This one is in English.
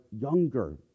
younger